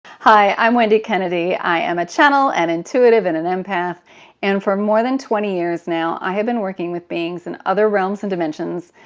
hi, i i'm wendy kennedy. i am a channel and intuitive in an empath and for more than twenty years now i have been working with beings in other realms and dimensions,